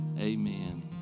Amen